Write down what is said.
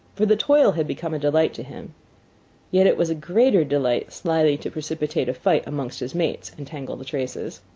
for the toil had become a delight to him yet it was a greater delight slyly to precipitate a fight amongst his mates and tangle the traces.